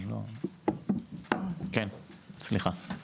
כן, סליחה.